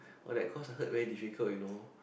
but I cause her very difficult you know